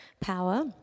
power